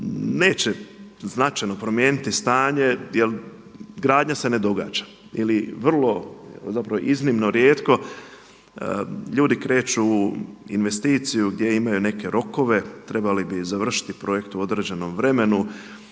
neće značajno promijeniti stanje jer gradnja se ne događa. Ili vrlo zapravo iznimno, rijetko ljudi kreću u investiciju gdje imaju neke rokove, trebali bi završiti projekte u određenom vremenu,